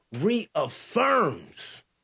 reaffirms